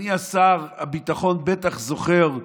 אדוני שר הביטחון בטח זוכר,